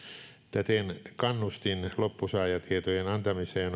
täten kannustin loppusaajatietojen antamiseen